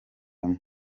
nawo